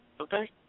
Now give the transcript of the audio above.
Okay